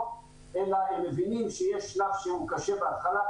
אלא הם מבינים שיש שלב שהוא קשה בהתחלה,